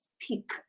speak